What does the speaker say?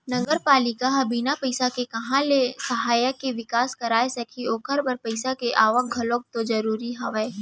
नगरपालिका ह बिन पइसा के काँहा ले सहर के बिकास कराय सकही ओखर बर पइसा के आवक घलौ तो जरूरी हवय